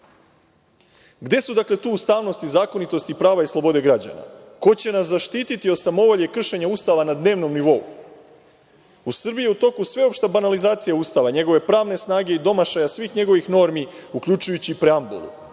Gde su, dakle, tu ustavnost i zakonitost i prava i slobode građana? Ko će nas zaštititi o samovolje kršenja Ustava na dnevnom nivou?U Srbiji je u toku sveopšta banalizacija Ustava, njegove pravne snage i domašaja svih njegovih normi, uključujući i preambulu.